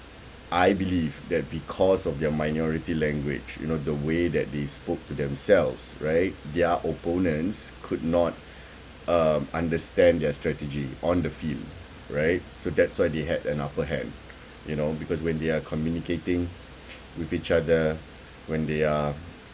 I believe that because of their minority language you know the way that they spoke to themselves right their opponents could not uh understand their strategy on the field right so that's why they had an upper hand you know because when they are communicating with each other when they are